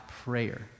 prayer